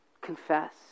Confess